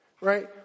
right